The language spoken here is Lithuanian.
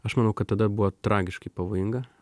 aš manau kad tada buvo tragiškai pavojinga